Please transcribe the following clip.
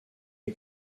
est